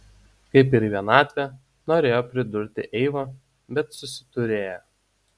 kaip ir vienatvė norėjo pridurti eiva bet susiturėjo